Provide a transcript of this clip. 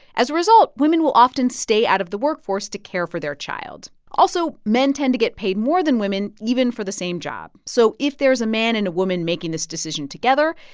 as a result, women will often stay out of the workforce to care for their child. also, men tend to get paid more than women even for the same job. so if there's a man and a woman making this decision together,